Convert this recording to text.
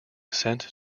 sent